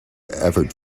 effort